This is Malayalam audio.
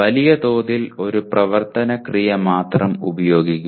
വലിയതോതിൽ ഒരു പ്രവർത്തന ക്രിയ മാത്രം ഉപയോഗിക്കുക